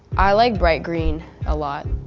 i like bright green a lot.